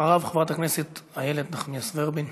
אחריו, חברת הכנסת איילת נחמיאס ורבין.